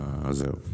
זהו.